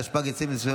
התשפ"ג 2023,